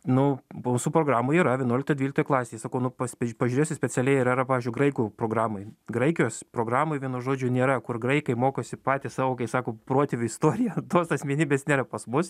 nu po visų programų yra vienuoliktoj dvyliktoj klasėj sakau nu pas pež pažiūrėsiu specialiai ar yra pavyzdžiui graikų programoj graikijos programoj vienu žodžiu nėra kur graikai mokosi patys savo kai sako protėvių istoriją tos asmenybės nėra pas mus